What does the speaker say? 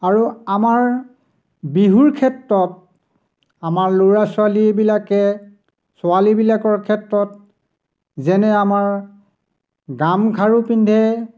আৰু আমাৰ বিহুৰ ক্ষেত্ৰত আমাৰ ল'ৰা ছোৱালীবিলাকে ছোৱালীবিলাকৰ ক্ষেত্ৰত যেনে আমাৰ গামখাৰু পিন্ধে